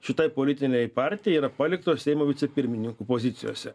šitai politinei partijai yra paliktos seimo vicepirmininkų pozicijose